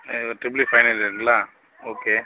triple E final இயருங்களா okay